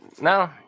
No